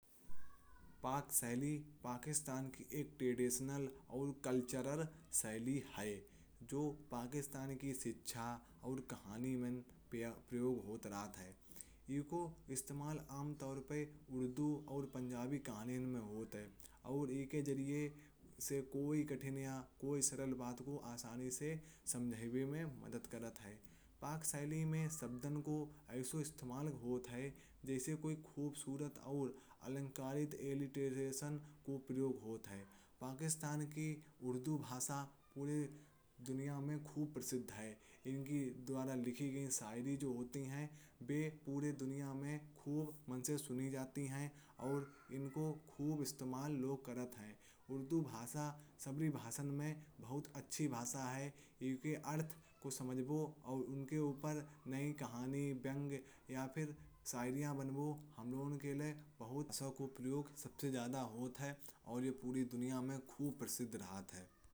पाक शैली पाकिस्तान की एक ट्रेडिशनल और कल्चरल शैली है। जो पाकिस्तान की शिक्षा और कहानी में प्रयोग हो रहा है। इसका इस्तेमाल आम तौर पर उर्दू और पंजाबी कहानियों में होता है। और इनके ज़रिये से कोई कठिनाइयाँ। कोई सरल बात को आसानी से समझने में मदद मिलती है। पाक शैली में शब्द का ऐसा इस्तेमाल होता है। जैसे कोई खूबसूरत और अलंकारिक एलिटरेशन का प्रयोग होता है। पाकिस्तान की उर्दू भाषा पूरी दुनिया में खूब प्रसिद्ध है। इनके द्वारा लिखी गई शायरी जो होती है। वे पूरी दुनिया में खूब मन से सुनी जाती हैं और इन्हें खूब इस्तेमाल किया जाता है। उर्दू भाषा सार्वजनिक भाषण में बहुत अच्छी भाषा है। इनके अर्थ को समझना और उनके ऊपर नई कहानी व्यंग्य या फिर।